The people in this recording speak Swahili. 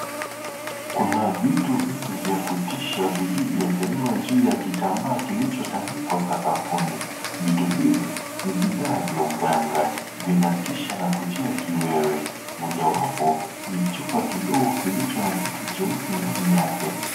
Kuna vitu vingi vya kutisha vilivyoekelewa juu ya kitambaa kilichotandikwa sakafuni, vitu hivi ni bidhaa vya uganga vinatisha na kutia kiwewe, mojawapo ni chupa kidogo kilicho na kitu cheusi ndani yake.